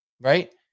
right